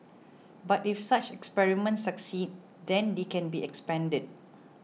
but if such experiments succeed then they can be expanded